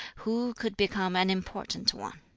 who could become an important one?